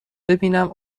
ببینم